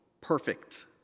perfect